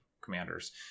commanders